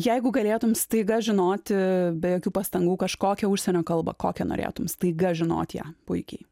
jeigu galėtum staiga žinoti be jokių pastangų kažkokią užsienio kalbą kokią norėtum staiga žinot ją puikiai